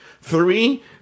Three